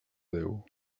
déu